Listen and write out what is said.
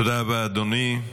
תודה רבה, אדוני.